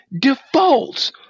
defaults